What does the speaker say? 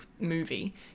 movie